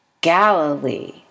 Galilee